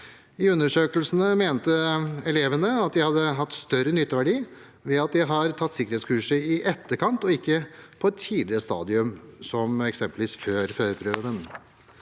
I undersøkelsen mente elevene at de hadde hatt større nytteverdi ved at de har tatt sikkerhetskurset i etterkant og ikke på et tidligere stadium, som eksempelvis før førerprøven.